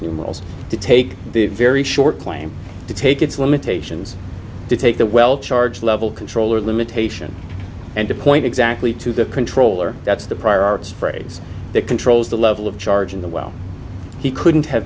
numerals to take the very short claim to take its limitations to take the well charge level controller limitation and to point exactly to the controller that's the prior phrase that controls the level of charge in the well he couldn't have